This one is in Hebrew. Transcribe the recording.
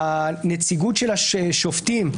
הנציגות של השופטים,